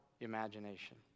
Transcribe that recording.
imagination